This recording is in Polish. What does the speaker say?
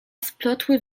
splotły